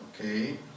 Okay